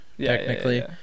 technically